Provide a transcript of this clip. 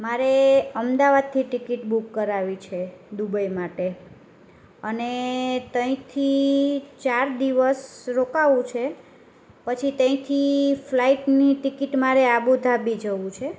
મારે અમદાવાદથી ticket book કરાવવી છે દુબઈ માટે અને ત્યાંથી ચાર દિવસ રોકાવું છે પછી ત્યાંથી ફ્લાઇટની ટિકિટ મારે અબુ ધાબી જવું છે